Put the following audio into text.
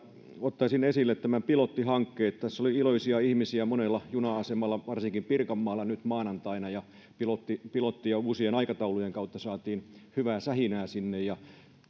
ottaisin esille tämän pilottihankkeen tässä oli iloisia ihmisiä monella juna asemalla varsinkin pirkanmaalla nyt maanantaina ja pilotin pilotin ja uusien aikataulujen kautta saatiin hyvää sähinää sinne